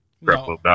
No